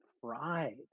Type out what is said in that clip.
fried